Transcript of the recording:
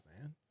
man